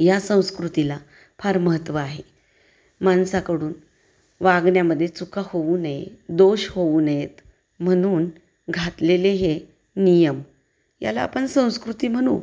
या संस्कृतीला फार महत्त्व आहे माणसाकडून वागण्यामध्ये चुका होऊ नये दोष होऊ नयेत म्हणून घातलेले हे नियम याला आपण संस्कृती म्हणू